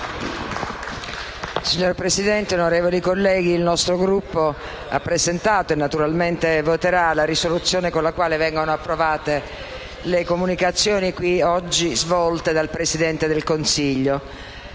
Signora Presidente, onorevoli colleghi, il nostro Gruppo ha presentato e naturalmente voterà la risoluzione con la quale vengono approvate le comunicazioni svolte oggi in questa sede dal Presidente del Consiglio.